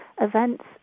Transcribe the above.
events